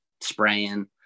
spraying